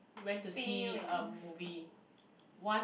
feelings